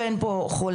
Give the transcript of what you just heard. ואין פה חולק,